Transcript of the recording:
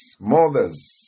mothers